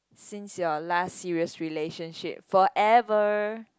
since you are last serious relationship forever